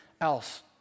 else